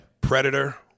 Predator